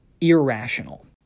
irrational